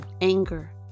Anger